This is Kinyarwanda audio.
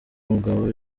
mugabo